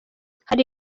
hari